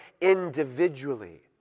individually